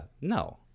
no